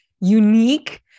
unique